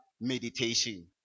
meditation